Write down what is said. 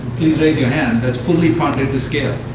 please raise your hand, that's fully funded the scale.